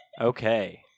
Okay